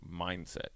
mindset